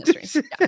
history